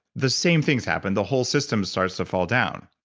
the same things happen. the whole system starts to fall down.